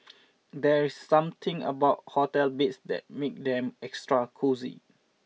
there's something about hotel beds that make them extra cosy